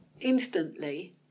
instantly